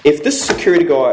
if the security guard